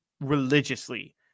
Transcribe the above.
religiously